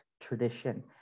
tradition